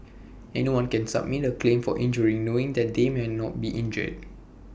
anyone can submit A claim for injury knowing that they may not be injured